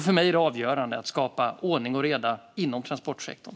För mig är det avgörande att skapa ordning och reda inom transportsektorn.